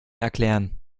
erklären